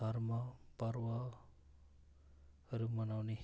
धर्म पर्वहरू मनाउने